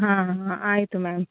ಹಾಂ ಆಯಿತು ಮ್ಯಾಮ್